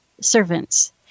servants